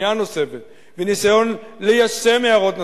שמיעה נוספת וניסיון ליישם הערות נוספות,